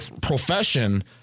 profession